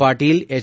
Patil H